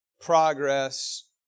progress